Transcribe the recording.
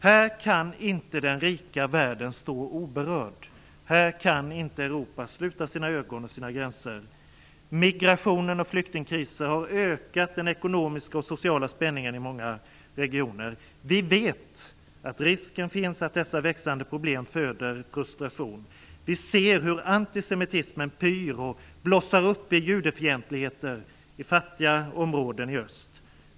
Här kan inte den rika världen stå oberörd. Här kan inte Europa sluta sina ögon och sina gränser. Migrationen och flyktingkriser har ökat den ekonomiska och sociala spänningen i många regioner. Vi vet att risken finns att dessa växande problem föder frustration. Vi ser hur antisemitismen pyr och blossar upp i judefientligheter i fattiga områden i öst.